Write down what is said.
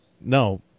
No